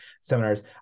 seminars